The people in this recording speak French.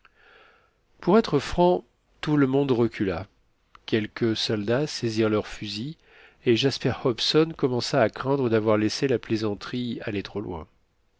pour être franc tout le monde recula quelques soldats saisirent leurs fusils et jasper hobson commença à craindre d'avoir laissé la plaisanterie aller trop loin